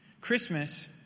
Christmas